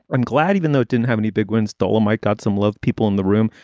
and glad even though it didn't have any big wins. dolomite got some love. people in the room,